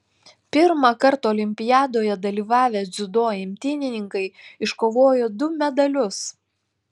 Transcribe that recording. pirmąkart olimpiadoje dalyvavę dziudo imtynininkai iškovojo du medalius